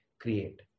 create